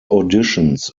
auditions